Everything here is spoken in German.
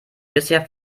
bisher